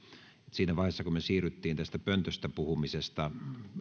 siinä vaiheessa kun siirryttiin pöntöstä puhumisesta